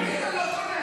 כבר מזמן לא 6.5. תתקדם.